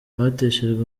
bateshejwe